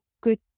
good